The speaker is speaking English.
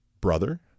brother